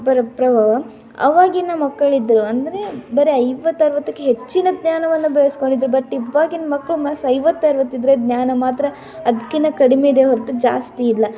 ಪ್ರಭಾವ ಅವಾಗಿನ ಮಕ್ಕಳಿದ್ದರು ಅಂದರೆ ಬೇರೆ ಐವತ್ತು ಅರ್ವತ್ತಕ್ಕೆ ಹೆಚ್ಚಿನ ಜ್ಞಾನವನ್ನು ಬಯಸಿಕೊಂಡಿದ್ರು ಬಟ್ ಇವಾಗಿನ ಮಕ್ಕಳು ಐವತ್ತು ಅರ್ವತ್ತಿದ್ದರೆ ಜ್ಞಾನ ಮಾತ್ರ ಅದಕಿನ್ನ ಕಡಿಮೆ ಇದೆ ಹೊರತು ಜಾಸ್ತಿ ಇಲ್ಲ